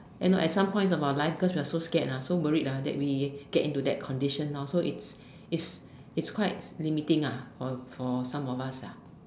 ya lor at some point of our life cause we are so scared lah so worried lah that we get into that condition now so it's it's quite limiting for for some of us lah